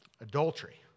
adultery